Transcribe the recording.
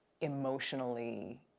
emotionally